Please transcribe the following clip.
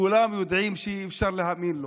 כולם יודעים שאי-אפשר להאמין לו,